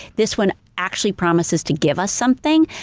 this one actually promises to give us something.